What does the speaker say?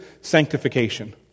sanctification